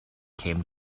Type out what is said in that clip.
came